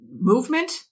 movement